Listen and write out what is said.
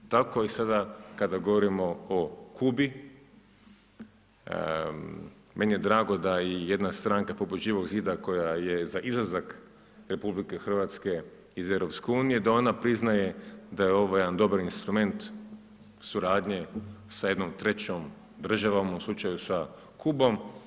Tako i sada kada govorimo o Kubi meni je drago da je jedna stranka poput Živog zida koja je za izlazak RH iz EU, da ona priznaje da je ovo jedan dobar instrument suradnje sa jednom trećom državom u slučaju sa Kubom.